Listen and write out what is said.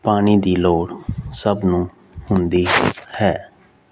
ਪਾਣੀ ਦੀ ਲੋੜ ਸਭ ਨੂੰ ਹੁੰਦੀ ਹੈ